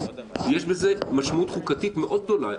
יש בזה משמעות חוקתית מאוד גדולה.